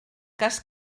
cas